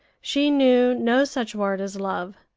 she knew no such word as love.